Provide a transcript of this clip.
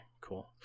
cool